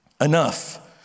enough